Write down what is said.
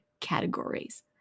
categories